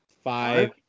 Five